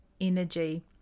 energy